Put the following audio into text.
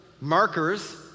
markers